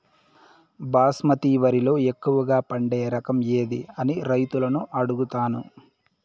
బాస్మతి వరిలో ఎక్కువగా పండే రకం ఏది అని రైతులను అడుగుతాను?